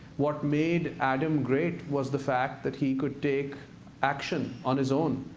what made adam great was the fact that he could take action on his own.